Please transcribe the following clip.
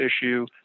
issue